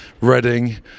Reading